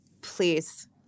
please